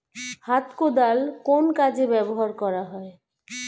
হাত কোদাল কোন কাজে ব্যবহার করা হয়?